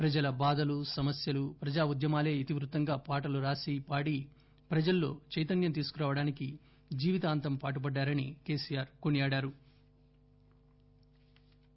ప్రజల బాధలు సమస్యలు ప్రజా ఉద్యమాలే ఇతివృత్తంగా పాటలు రాసి పాడి ప్రజల్లో చైతన్యం తీసుకురావడానికి జీవితాంతం పాటుపడ్డారని కొనియాడారు